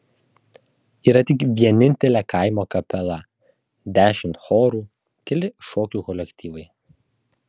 yra tik vienintelė kaimo kapela dešimt chorų keli šokių kolektyvai